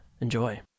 Enjoy